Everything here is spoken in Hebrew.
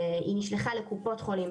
היא נשלחה לקופות החולים,